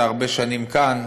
אתה הרבה שנים כאן.